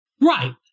right